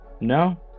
No